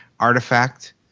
Artifact